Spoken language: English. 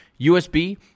USB